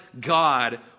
God